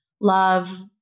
love